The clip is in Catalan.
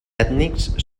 ètnics